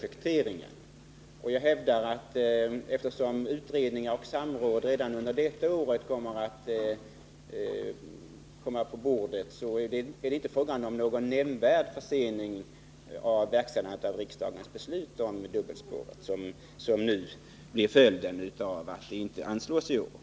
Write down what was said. Eftersom ett förslag om utredningar och samråd redan under detta år skall komma på bordet hävdar jag att det inte blir någon nämnvärd försening med verkställandet av riksdagens beslut om dubbelspåret som en följd av att de pengarna inte anslås i år.